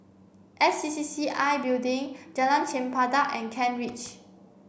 S C C C I Building Jalan Chempedak and Kent Ridge